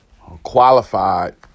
qualified